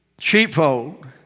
sheepfold